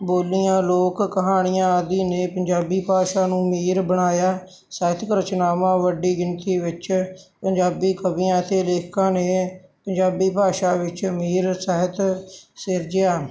ਬੋਲੀਆਂ ਲੋਕ ਕਹਾਣੀਆਂ ਆਦਿ ਨੇ ਪੰਜਾਬੀ ਭਾਸ਼ਾ ਨੂੰ ਅਮੀਰ ਬਣਾਇਆ ਸਾਹਿਤਕ ਰਚਨਾਵਾਂ ਵੱਡੀ ਗਿਣਤੀ ਵਿੱਚ ਪੰਜਾਬੀ ਕਵੀਆਂ ਅਤੇ ਲੇਖਕਾਂ ਨੇ ਪੰਜਾਬੀ ਭਾਸ਼ਾ ਵਿੱਚ ਅਮੀਰ ਸਾਹਿਤ ਸਿਰਜਿਆ